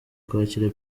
kwakira